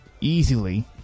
easily